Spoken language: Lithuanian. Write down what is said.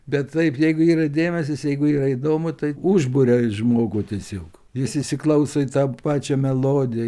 bet taip jeigu yra dėmesys jeigu yra įdomu tai užburia žmogų tiesiog jis įsiklauso į tą pačią melodiją